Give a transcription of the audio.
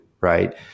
right